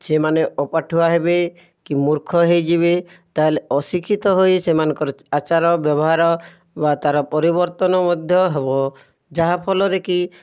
ସେମାନେ ଅପାଠୁଆ ହେବେ କି ମୂର୍ଖ ହୋଇଯିବେ ତାହାହେଲେ ଅଶିକ୍ଷିତ ହୋଇ ସେମାନଙ୍କର ଆଚାର ବ୍ୟବହାର ବା ତା'ର ପରିବର୍ତ୍ତନ ମଧ୍ୟ ହେବ ଯାହାଫଲରେ କି